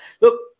look